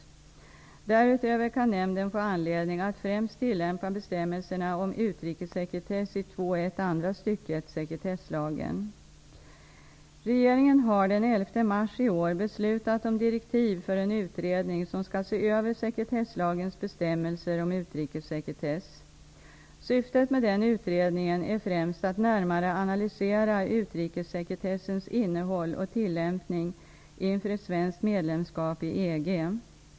Därutöver kan nämnden få anledning att främst tillämpa bestämmelserna om utrikessekretess i 2 kap. 1 § andra stycket sekretesslagen. Regeringen har den 11 mars i år beslutat om direktiv för en utredning som skall se över sekretesslagens bestämmelser om utrikessekretess. Syftet med den utredningen är främst att närmare analysera utrikessekretessens innehåll och tillämpning inför ett svenskt medlemskap i EG.